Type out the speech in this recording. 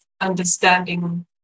understanding